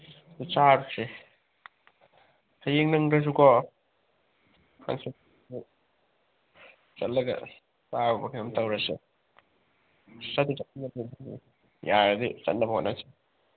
ꯆꯥꯁꯦ ꯍꯌꯦꯡ ꯅꯪꯗ꯭ꯔꯁꯨꯀꯣ ꯍꯥꯡꯆꯤꯠ ꯆꯠꯂꯒ ꯆꯥꯔꯨꯕ ꯀꯩꯅꯣꯝ ꯇꯧꯔꯁꯦ ꯌꯥꯔꯗꯤ ꯆꯠꯅꯕ ꯍꯣꯠꯅꯁꯤ